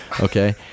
Okay